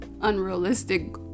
unrealistic